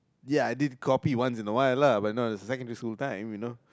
ya I did copy once in awhile lah but that was secondary school times you know